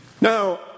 Now